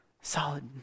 Solid